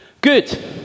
Good